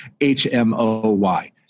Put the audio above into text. H-M-O-Y